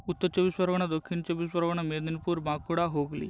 Uttar Chabbish Pargana Dakshin Chabbish Pargana Medinipur Bankura Hooghly